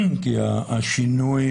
כי השינוי